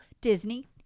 Disney